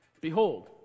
behold